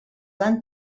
van